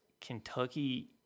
Kentucky